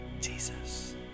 Jesus